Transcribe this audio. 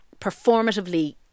performatively